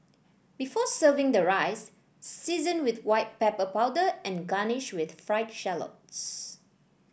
before serving the rice season with white pepper powder and garnish with fried shallots